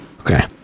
Okay